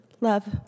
love